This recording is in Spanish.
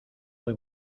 muy